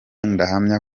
ndahamya